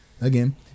Again